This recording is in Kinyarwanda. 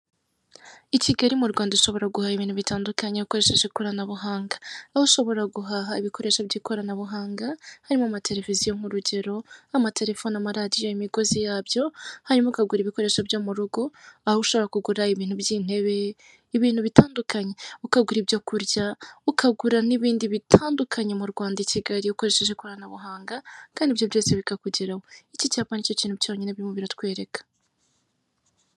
I Kigali mu Rwanda ushobora guhaha ibintu bitandukanye ukoresheje ikoranabuhanga aho ushobora guhaha ibikoresho by'ikorabuhanga harimo amateviziyo nk'urugero, amatelefone, amaradiyo, imigozi yabyo hanyuma ukagura ibikoresho byo murugo, aho ushobora kugura ibintu by'intebe, ibintu bitandukanye ukagura ibyo kurya, ukagura n'ibindi bitandukanye mu Rwanda i Kigali ukoresheje ikoranabuhanga kandi ibyo byose bikakugeraho iki cyapa nicyo kintu cyonyine birimo biratwereka.